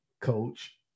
Coach